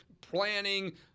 planning